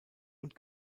und